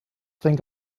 think